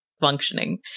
functioning